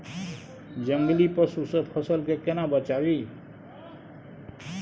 जंगली पसु से फसल के केना बचावी?